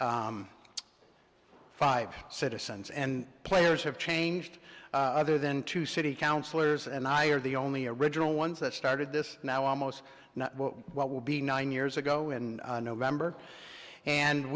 and five citizens and players have changed other than to city councillors and i are the only original ones that started this now almost what will be nine years ago in november and